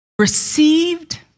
received